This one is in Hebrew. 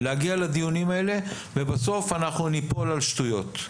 להגיע לדיונים האלה ובסוף אנחנו ניפול על שטויות.